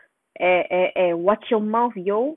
eh eh eh watch your mouth yo